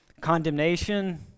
Condemnation